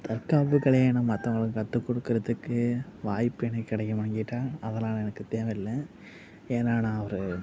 தற்காப்பு கலையை நான் மற்றவங்களுக்கு கற்று கொடுக்கறதுக்கு வாய்ப்பு எனக்கு கிடைக்குமானு கேட்டால் அதெல்லாம் எனக்கு தேவயில்ல ஏன்னா நான் ஒரு